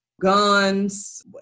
guns